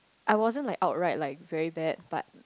I wasn't like outright like very bad but